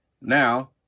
Now